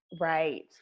Right